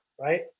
right